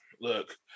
look